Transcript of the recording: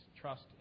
Trust